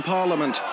Parliament